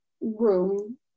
room